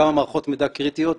כמה מערכות מידע קריטיות,